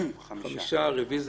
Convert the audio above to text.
הצבעה בעד,